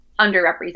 underrepresented